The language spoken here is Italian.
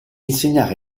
insegnare